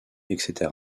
etc